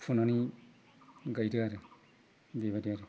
फुनानै गायदो आरो बेबादि आरो बेबायदि